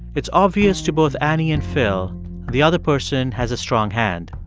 it's obvious to both annie and phil the other person has a strong hand.